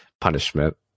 punishment